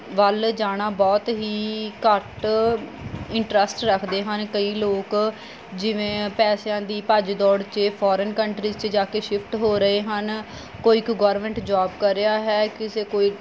ਵੱਲ ਜਾਣਾ ਬਹੁਤ ਹੀ ਘੱਟ ਇੰਟਰਸਟ ਰੱਖਦੇ ਹਨ ਕਈ ਲੋਕ ਜਿਵੇਂ ਪੈਸਿਆਂ ਦੀ ਭੱਜ ਦੌੜ 'ਚ ਫੋਰਨ ਕੰਟਰੀਜ਼ 'ਚ ਜਾ ਕੇ ਸ਼ਿਫਟ ਹੋ ਰਹੇ ਹਨ ਕੋਈ ਇੱਕ ਗੌਰਮੈਂਟ ਜੋਬ ਕਰ ਰਿਹਾ ਹੈ ਕਿਸੇ ਕੋਈ